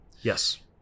Yes